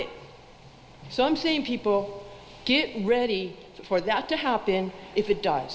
it so i'm saying people get ready for that to happen if it dies